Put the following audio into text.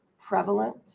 prevalent